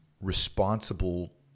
responsible